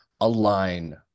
align